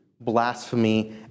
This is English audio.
blasphemy